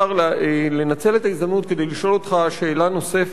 לנצל את ההזדמנות כדי לשאול אותך שאלה נוספת,